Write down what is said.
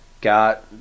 got